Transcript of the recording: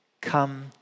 Come